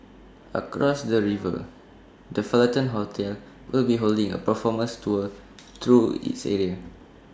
across the river the Fullerton hotel will be holding A performance tour through its area